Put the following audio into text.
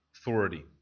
authority